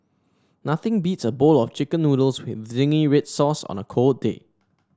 nothing beats a bowl of chicken noodles with zingy red sauce on a cold day